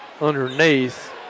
underneath